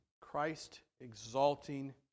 Christ-exalting